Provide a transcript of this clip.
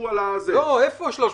איפה 310?